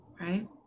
right